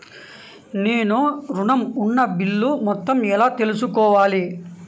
నేను ఋణం ఉన్న బిల్లు మొత్తం ఎలా తెలుసుకోవాలి?